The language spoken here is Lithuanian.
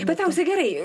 bet aukse gerai